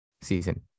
season